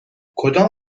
کدام